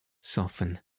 soften